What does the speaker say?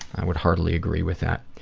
i would heartily agree with that.